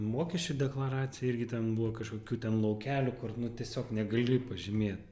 mokesčių deklaracija irgi ten buvo kažkokių ten laukelių kur tiesiog negali pažymėt